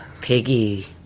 Piggy